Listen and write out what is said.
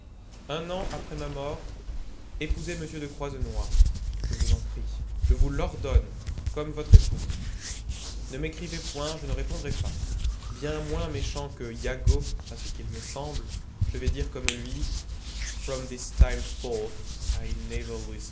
un an après ma mort épousez m de croisenois je vous en prie je vous l'ordonne comme votre époux ne m'écrivez point je ne répondrais pas bien moins méchant que iago à ce qu'il me semble je vais dire comme lui from